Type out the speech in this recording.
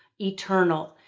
eternal.